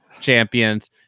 champions